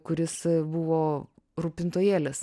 kuris buvo rūpintojėlis